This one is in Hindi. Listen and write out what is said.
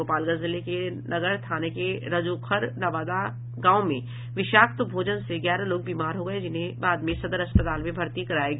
गोपालगंज जिले के नगर थाने के रजौखर नवादा गांव में विषाक्त भोजन से ग्यारह लोग बीमार हो गये जिन्हें बाद में सदर अस्पताल में भर्ती कराया गया